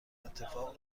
اتفاق